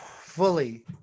fully